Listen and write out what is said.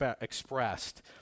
expressed